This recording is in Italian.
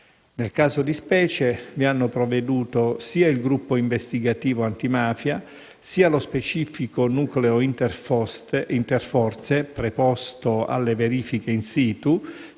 Nel caso di specie, vi hanno provveduto sia il gruppo investigativo antimafia, sia lo specifico nucleo interforze preposto alle verifiche *in situ*,